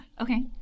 okay